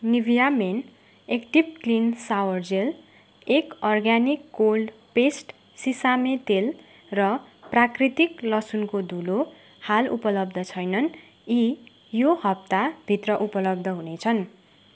Nivea men active clean shower gel एक organic cold pressed सिसामे तेल र प्राकृतिक लसुनको धुलो हाल उपलब्ध छैनन् यी यो हप्ता भित्र उपलब्ध हुनेछन्